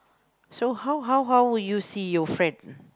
so how how how would you see your friend